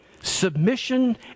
submission